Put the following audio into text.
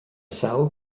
sawl